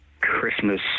Christmas